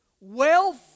Wealth